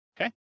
Okay